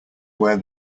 where